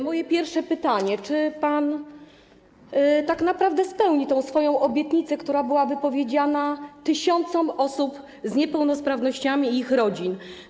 Moje pierwsze pytanie: Czy pan tak naprawdę spełni tę swoją obietnicę, która była wypowiedziana wobec tysiąca osób z niepełnosprawnościami i ich rodzin?